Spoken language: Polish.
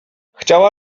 chciała